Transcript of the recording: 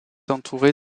entouré